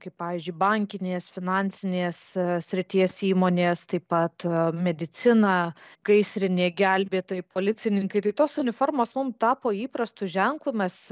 kaip pavyzdžiui bankinės finansinės srities įmonės taip pat medicina gaisrinė gelbėtojai policininkai tai tos uniformos mum tapo įprastu ženklu mes